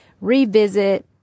revisit